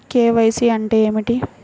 KYC అంటే ఏమి?